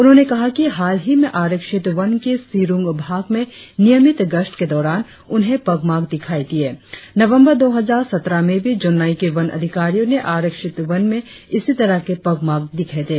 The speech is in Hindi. उन्होंने कहा कि हालही में आरक्षित वन के सिरुंग भाग में नियमित गश्त के दौरान उन्हें पगमार्क दिखाई दिए नवंबर दो हजार सत्रह में भी जोनाई के वन अधिकारियों ने आरक्षित वन में इसी तरह के पगमार्क दिखे थे